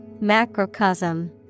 Macrocosm